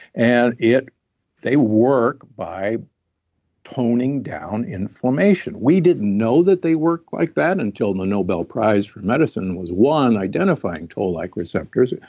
and they work by toning down inflammation. we didn't know that they worked like that until the nobel prize for medicine was won, identifying toll-like receptors,